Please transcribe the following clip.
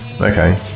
Okay